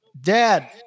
Dad